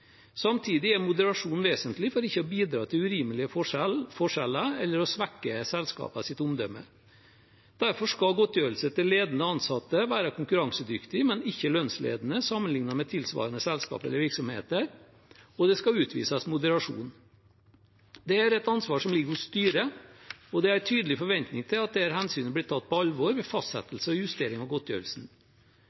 Samtidig er moderasjon vesentlig for ikke å bidra til urimelige forskjeller eller svekke selskapets omdømme. Derfor skal godtgjørelsen til ledende ansatte være konkurransedyktig, men ikke lønnsledende sammenlignet med tilsvarende selskaper eller virksomheter, og det skal utvises moderasjon. Det er et ansvar som ligger hos styret, og det er en tydelig forventning til at dette hensynet blir tatt på alvor ved fastsettelse og justering av